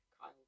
Kyle